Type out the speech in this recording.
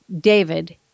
David